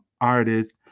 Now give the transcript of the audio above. artists